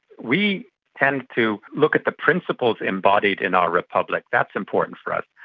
we tend to look at the principles embodied in our republic, that's important for us,